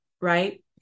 right